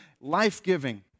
life-giving